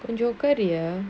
and your career